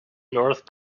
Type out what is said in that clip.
north